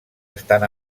estan